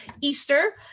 Easter